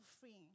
freeing